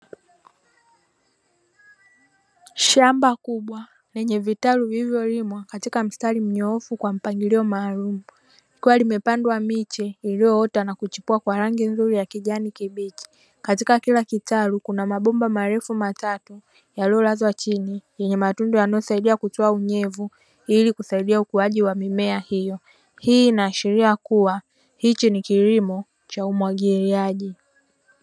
Shamba kubwa lenye vitalu vilivyolimwa katika mstari mnyoofu kwa mpangilio maalumu, likiwa limepandwa miche iliyoota na kuchipua kwa rangi nzuri ya kijani kibichi. Katika kila kitalu kuna mabomba marefu matatu yaliyolazwa chini yenye matundu yanayosaidia kutoa unyevu ili kusiadia ukuaji wa mimea hiyo. Hii inaashiria kuwa hichi ni kilimo cha umwagiliaji.